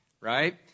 right